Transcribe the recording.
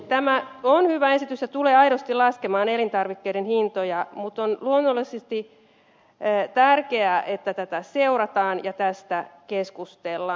tämä on hyvä esitys ja tulee aidosti laskemaan elintarvikkeiden hintoja mutta on luonnollisesti tärkeää että tätä seurataan ja tästä keskustellaan